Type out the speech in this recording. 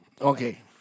Okay